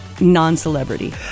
non-celebrity